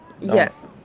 Yes